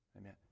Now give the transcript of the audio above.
Amen